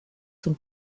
zum